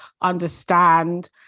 understand